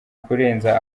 kurenza